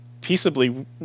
peaceably